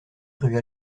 rue